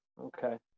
Okay